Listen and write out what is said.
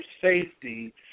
safety